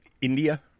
India